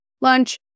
lunch